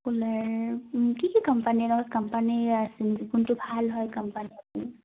cooler কি কি কোম্পানীৰ কোম্পানী আছিল কোনটো ভাল হয় কোম্পানী